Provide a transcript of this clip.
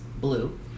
blue